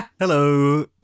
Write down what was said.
Hello